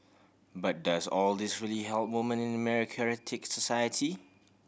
but does all this really help women in a meritocratic society